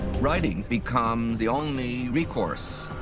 writing becomes the only recourse.